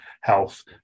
health